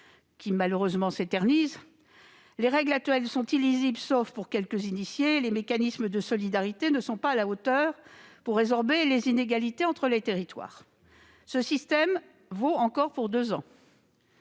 malheureusement. Les règles actuelles sont illisibles, sauf pour quelques initiés, et les mécanismes de solidarité ne sont pas à la hauteur pour résorber les inégalités entre les territoires. Ce système vaut encore pour deux ans.